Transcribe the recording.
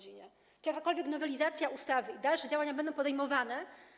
Czy będzie jakakolwiek nowelizacja ustawy i czy dalsze działania będą podejmowane?